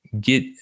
get